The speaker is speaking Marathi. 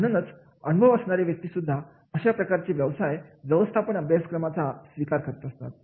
म्हणूनच अनुभव असणारे व्यक्ती सुद्धा अशा प्रकारच्या व्यवसाय व्यवस्थापन अभ्यासक्रमाचा स्वीकार करतात